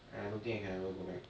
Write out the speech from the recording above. and I don't think I can ever go back